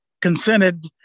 consented